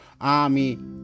army